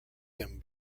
him